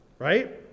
Right